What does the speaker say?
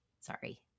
Sorry